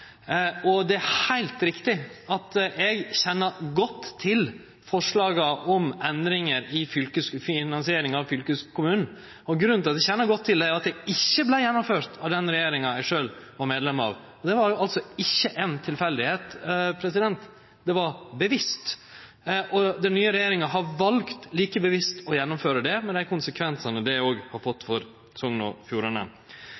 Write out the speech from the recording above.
Og det er heilt riktig at eg kjenner godt til forslaga om endringar i finansieringa av fylkeskommunen, og grunnen til at eg kjenner godt til det, er at det ikkje vart gjennomført av den regjeringa eg sjølv var medlem av. Det var altså ikkje tilfeldig, det var bevisst. Og den nye regjeringa har valt like bevisst å gjennomføre det med dei konsekvensane det òg har fått for Sogn og